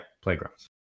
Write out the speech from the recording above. Playgrounds